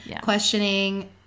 Questioning